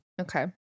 Okay